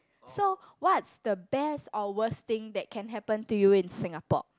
so what's the best or worst thing that can happen to you in Singapore